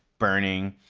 burning.